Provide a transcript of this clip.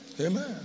Amen